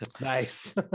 Nice